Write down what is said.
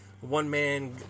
one-man